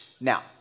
Now